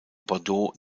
bordeaux